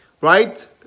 right